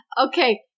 Okay